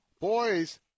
boys